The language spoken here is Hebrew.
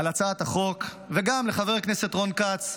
על הצעת החוק, וגם לחבר הכנסת רון כץ,